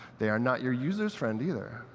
they are not your user's friend, either.